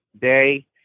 day